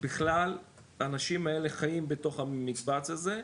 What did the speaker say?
בכלל אנשים האלה חיים בתוך המקבץ הזה,